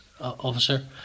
officer